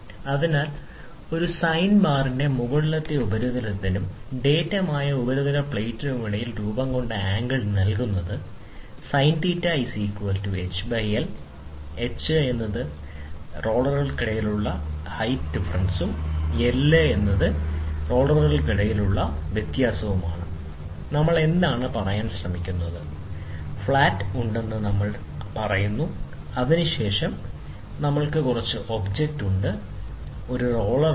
അതിനാൽ ഒരു സൈൻ ബാറിന്റെ മുകളിലെ ഉപരിതലത്തിനും ഡാറ്റം ആയ ഉപരിതല പ്ലേറ്റിനുമിടയിൽ രൂപംകൊണ്ട ആംഗിൾ നൽകുന്നത് sin hL Where h height difference between the rollers L distance between the rollers നമ്മൾ എന്താണ് പറയാൻ ശ്രമിക്കുന്നത് ഫ്ലാറ്റ് ഉണ്ടെന്ന് പറയാൻ നമ്മൾ ശ്രമിക്കുന്നു അതിനുശേഷം നിങ്ങൾക്ക് കുറച്ച് ഒബ്ജക്റ്റ് ഉണ്ട് നിങ്ങൾക്ക് ഒരു റോളർ ഉണ്ട്